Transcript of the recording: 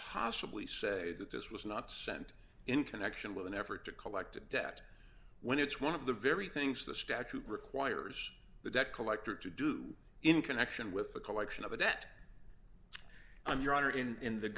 possibly say that this was not sent in connection with an effort to collect a debt when it's one of the very things the statute requires the debt collector to do in connection with the collection of a debt on your honor in